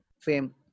Fame